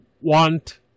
want